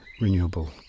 renewable